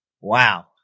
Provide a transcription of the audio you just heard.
Wow